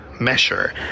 measure